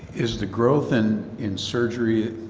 is the growth and in surgery,